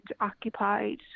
occupied